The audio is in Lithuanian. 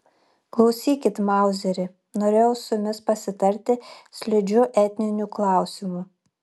klausykit mauzeri norėjau su jumis pasitarti slidžiu etniniu klausimu